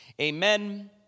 Amen